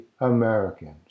Americans